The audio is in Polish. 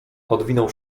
odwinął